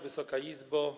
Wysoka Izbo!